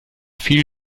viel